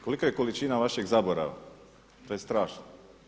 Kolika je količina vašeg zaborava, to je strašno.